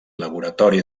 laboratori